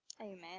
Amen